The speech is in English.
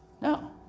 No